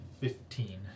Fifteen